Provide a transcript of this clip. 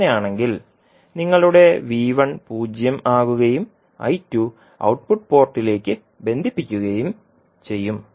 അങ്ങനെയാണെങ്കിൽ നിങ്ങളുടെ 0 ആകുകയും ഔട്ട്പുട്ട് പോർട്ടിലേക്ക് ബന്ധിപ്പിക്കുകയും ചെയ്യും